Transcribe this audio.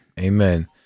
Amen